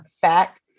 fact